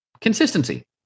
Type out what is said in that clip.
consistency